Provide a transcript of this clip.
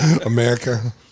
America